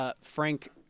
Frank